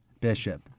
bishop